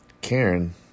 Karen